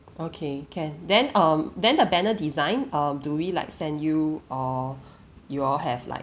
okay can then um then the banner design um do we like send you or you all have like